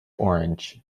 orange